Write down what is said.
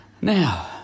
now